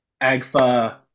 agfa